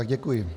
Děkuji.